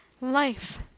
Life